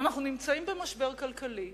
אנחנו נמצאים במשבר כלכלי,